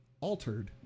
altered